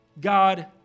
God